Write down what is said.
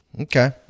Okay